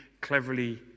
cleverly